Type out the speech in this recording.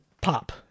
pop